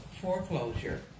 foreclosure